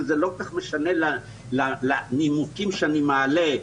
שזה לא כל כך משנה לנימוקים שאני מעלה,